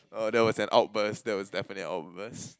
oh that was an outburst that was definitely an outburst